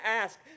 ask